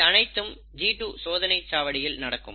இது அனைத்தும் G2 சோதனைச் சாவடியில் நடக்கும்